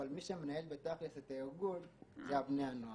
אבל מי שמנהל את הארגון בפועל אלה בני הנוער.